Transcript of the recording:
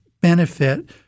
benefit